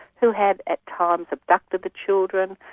who had at times abducted the children,